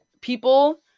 people